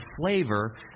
flavor